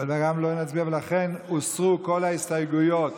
לכן הוסרו כל ההסתייגויות